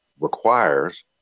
requires